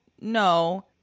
no